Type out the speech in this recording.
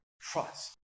trust